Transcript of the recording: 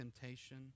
temptation